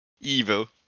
evil